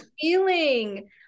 feeling